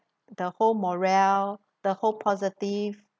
the whole morale the whole positive